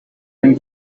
him